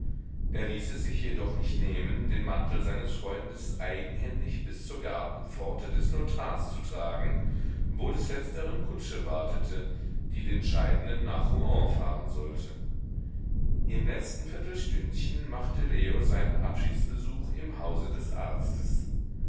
er ließ es sich jedoch nicht nehmen den mantel seines freundes eigenhändig bis zur gartenpforte des notars zu tragen wo des letzteren kutsche wartete die den scheidenden nach rouen fahren sollte im letzten viertelstündchen machte leo seinen abschiedsbesuch im hause des arztes